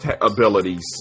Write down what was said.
abilities